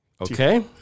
okay